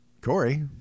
Corey